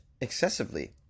excessively